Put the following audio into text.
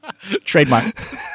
Trademark